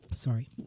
Sorry